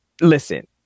listen